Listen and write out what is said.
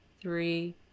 three